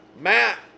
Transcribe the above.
Matt